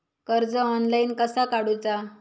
कर्ज ऑनलाइन कसा काडूचा?